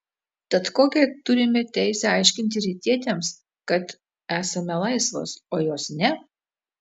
tad kokią turime teisę aiškinti rytietėms kad esame laisvos o jos ne